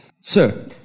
Sir